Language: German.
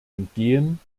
entgehen